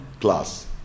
class